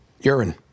Urine